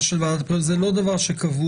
של ועדת הבחירות - זה לא דבר שקבוע,